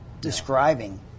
describing